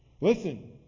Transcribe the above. Listen